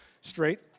straight